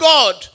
God